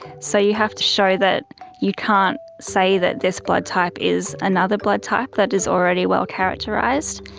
so you have to show that you can't say that this blood type is another blood type that is already well characterised.